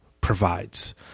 provides